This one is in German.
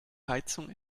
heizung